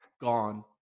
gone